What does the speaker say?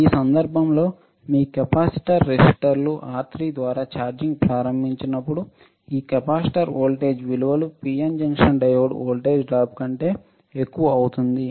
ఈ సందర్భంలో మీ కెపాసిటర్ రెసిస్టర్లు R3 ద్వారా ఛార్జింగ్ ప్రారంభించినప్పుడు ఈ కెపాసిటర్ వోల్టేజ్ విలువలు PN junction diode volt drop కంటే ఎక్కువ అవుతుంది